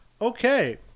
Okay